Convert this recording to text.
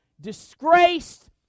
disgraced